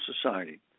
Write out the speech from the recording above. society